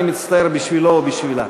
אני מצטער בשבילו או בשבילה.